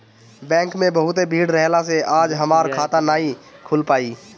bank में बहुते भीड़ रहला से आज हमार खाता नाइ खुल पाईल